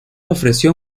ofreció